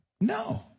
No